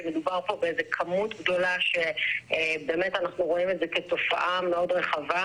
שמדובר פה באיזו כמות גדולה שבאמת אנחנו רואים אותה כתופעה מאוד רחבה,